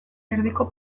erdiko